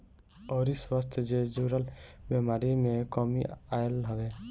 अउरी स्वास्थ्य जे जुड़ल बेमारी में कमी आईल हवे